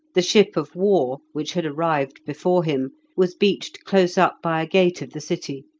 the ship of war, which had arrived before him, was beached close up by a gate of the city,